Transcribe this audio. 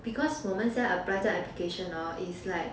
because 我们现在 apply 这个 application hor is like